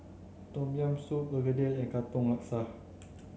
tom yam soup Begedil and Katong Laksa